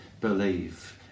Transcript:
believe